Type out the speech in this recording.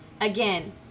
Again